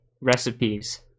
recipes